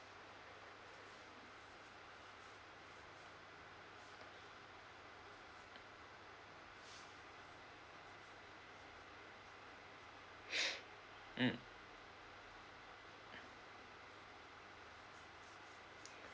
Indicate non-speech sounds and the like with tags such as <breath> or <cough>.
<breath> mm